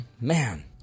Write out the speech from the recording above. Man